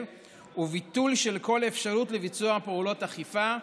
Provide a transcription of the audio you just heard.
וביטול של כל אפשרות לביצוע פעולות אכיפה,